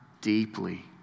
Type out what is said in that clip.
deeply